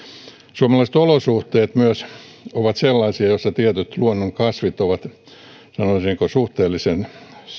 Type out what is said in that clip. suomalaiset olosuhteet ovat sellaisia joissa tietyt luonnonkasvit ovat sanoisinko suhteellisessa